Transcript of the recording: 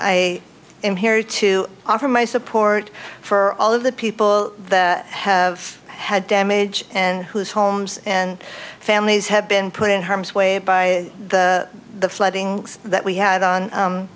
i am here to offer my support for all of the people that have had damage and whose homes and families have been put in harm's way by the flooding that we had